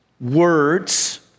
words